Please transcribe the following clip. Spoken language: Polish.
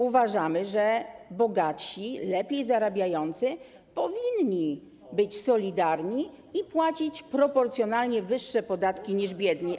Uważamy, że bogatsi, lepiej zarabiający powinni być solidarni i płacić proporcjonalnie wyższe podatki niż biedni.